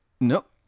nope